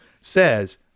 says